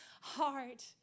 heart